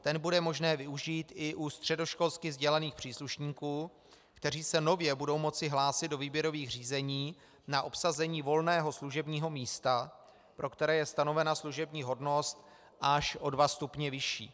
Ten bude možné využít i u středoškolsky vzdělaných příslušníků, kteří se nově budou moci hlásit do výběrových řízení na obsazení volného služebního místa, pro které je stanovena služební hodnost až o dva stupně vyšší.